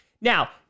Now